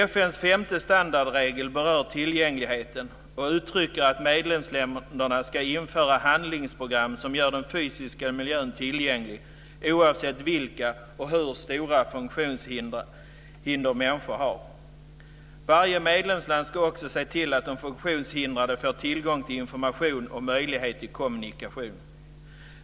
FN:s femte standardregel berör tillgängligheten och uttrycker att medlemsländerna ska införa handlingsprogram som gör den fysiska miljön tillgänglig, oavsett vilka och hur stora funktionshinder människor har. Varje medlemsland ska också se till att de funktionshindrade får tillgång till information och möjlighet till kommunikation.